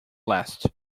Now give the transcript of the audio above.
last